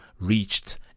reached